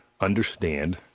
understand